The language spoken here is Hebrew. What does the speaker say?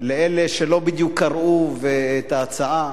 ולאלה שלא בדיוק קראו את ההצעה.